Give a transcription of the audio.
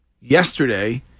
Yesterday